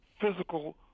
physical